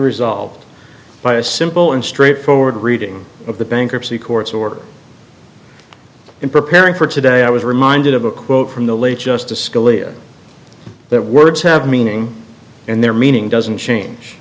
resolved by a simple and straightforward reading of the bankruptcy courts order in preparing for today i was reminded of a quote from the late justice scalia that words have meaning in their meaning doesn't change